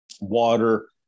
water